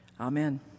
Amen